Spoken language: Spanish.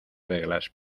reglas